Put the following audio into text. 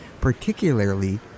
particularly